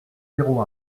zéro